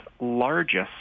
largest